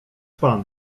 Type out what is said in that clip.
pan